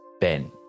Ben